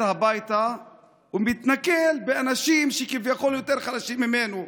הביתה ומתנכל לאנשים שכביכול יותר חלשים ממנו,